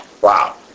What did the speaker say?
Wow